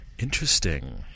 Interesting